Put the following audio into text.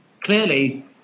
clearly